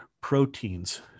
proteins